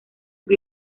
por